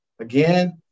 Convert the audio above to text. Again